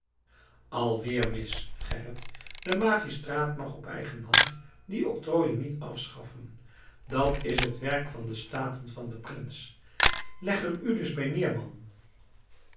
alweer mis gerrit de magistraat mag op eigen hand die octrooien niet afschaffen dat is het werk van de staten en van den prins leg er u dus bij neer man